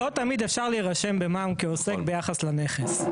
לא תמיד אפשר להירשם במע"מ כעוסק ביחד לנכס.